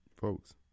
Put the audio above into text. Folks